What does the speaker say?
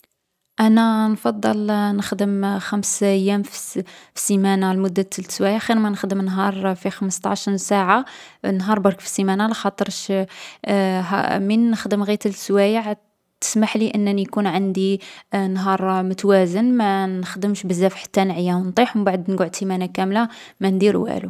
أنا نفضّل نخدم خمس أيام في السيـ في السيمانة لمدة ثلث سوايع خير ما نخدم نهار فيه خمسطاعشن ساعة، نهار برك في السيمانة. لاخاطش هـ من نخدم غي تلت سوايع، تسمحلي أنني يكون عندي نهار متوازن ما نخدمش بزاف حتى نعيا نطيح و مبعد نقعد سيمانة كاملة ما ندير والو.